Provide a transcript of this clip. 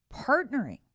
partnering